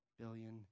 billion